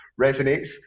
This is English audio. resonates